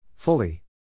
Fully